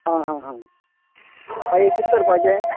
आं हा हा मागीर कित करपाचें